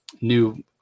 new